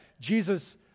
Jesus